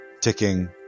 ticking